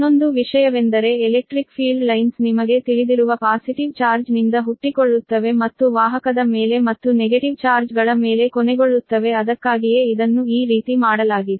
ಇನ್ನೊಂದು ವಿಷಯವೆಂದರೆ electric field lines ನಿಮಗೆ ತಿಳಿದಿರುವ ಪಾಸಿಟಿವ್ ಚಾರ್ಜ್ ನಿಂದ ಹುಟ್ಟಿಕೊಳ್ಳುತ್ತವೆ ಮತ್ತು ವಾಹಕದ ಮೇಲೆ ಮತ್ತು ನೆಗೆಟಿವ್ ಚಾರ್ಜ್ ಗಳ ಮೇಲೆ ಕೊನೆಗೊಳ್ಳುತ್ತವೆ ಅದಕ್ಕಾಗಿಯೇ ಇದನ್ನು ಈ ರೀತಿ ಮಾಡಲಾಗಿದೆ